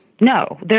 No